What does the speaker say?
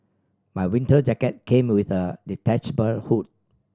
my winter jacket came with a detachable hood